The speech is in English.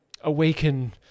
awaken